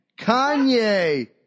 Kanye